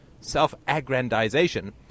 Self-aggrandization